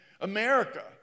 America